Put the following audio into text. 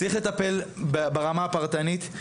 צריך לטפל ברמה הפרטנית.